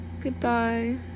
goodbye